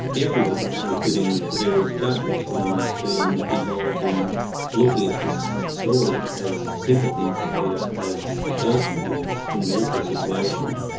everyone, including the various judges, who's been involved in looking at this story, has sympathy for peter as a person who's in an awful situation,